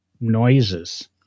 noises